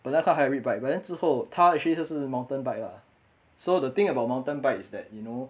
本来看 hybrid bike but then 之后他 actually 他是 mountain bike lah so the thing about mountain bike is that you know